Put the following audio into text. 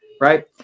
right